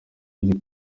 iri